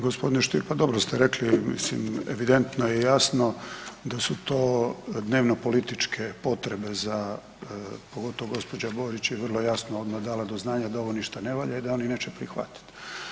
Gospodine Stier, pa dobro ste rekli mislim evidentno je i jasno da su to dnevno-političke potrebe za, pogotovo gospođa Borić je vrlo jasno odmah dala do znanja da ovo ništa ne valja i da oni neće prihvatiti.